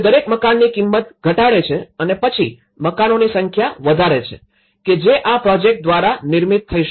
તે દરેક મકાનની કિંમત ઘટાડે છે અને પછી મકાનોની સંખ્યા વધારે છે કે જે આ પ્રોજેક્ટ દ્વારા નિર્મિત થઇ શકે